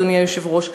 אדוני היושב-ראש,